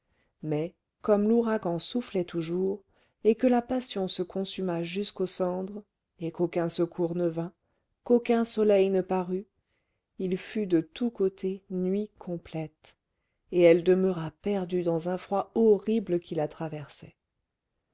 mais comme l'ouragan soufflait toujours et que la passion se consuma jusqu'aux cendres et qu'aucun secours ne vint qu'aucun soleil ne parut il fut de tous côtés nuit complète et elle demeura perdue dans un froid horrible qui la traversait